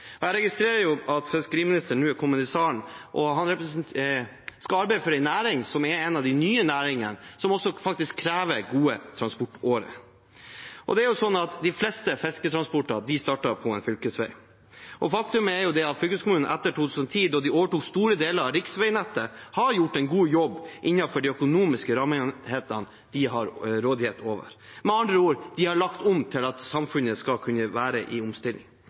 igjennom. Jeg registrerer at fiskeriministeren nå har kommet inn i salen, og han skal arbeide for en næring som er en av de nye næringene, og som faktisk krever gode transportårer. De fleste fisketransporter starter på en fylkesvei, og faktumet er at fylkeskommunene etter 2010, da de overtok store deler av riksveinettet, har gjort en god jobb innenfor de økonomiske rammene de har rådighet over. Med andre ord: De har lagt om til at samfunnet skal kunne være i omstilling.